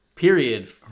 Period